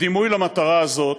בדימוי למטרה הזאת,